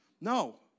No